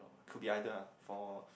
could be either lah for